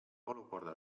olukorda